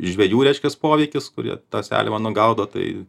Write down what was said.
žvejų reiškiasi poveikis kurie tą seliavą gaudo tai